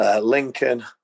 Lincoln